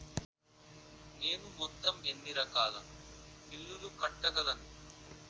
నేను మొత్తం ఎన్ని రకాల బిల్లులు కట్టగలను?